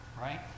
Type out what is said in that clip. Right